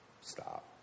stop